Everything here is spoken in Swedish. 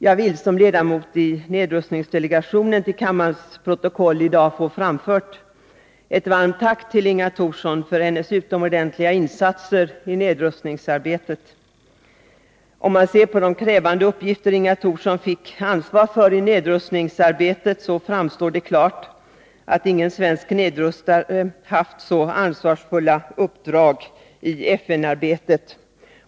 Jag vill som ledamot i nedrustningsdelegationen till kammarens protokoll i dag få framfört ett varmt tack till Inga Thorsson för hennes utomordentliga insatser i nedrustningsarbetet. Om man studerar de krävande uppgifter Inga Thorsson fick ansvar för i nedrustningsarbetet, framstår det klart att ingen svensk nedrustare har haft så ansvarsfulla uppdrag i FN-arbetet.